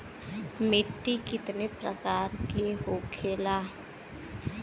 मिट्टी कितने प्रकार के होखेला?